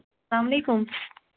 السلام علیکُم